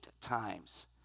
times